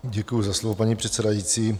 Děkuji za slovo, paní předsedající.